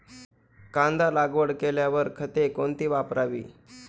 कांदा लागवड केल्यावर खते कोणती वापरावी?